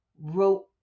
wrote